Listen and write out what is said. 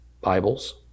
Bibles